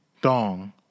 dong